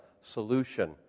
solution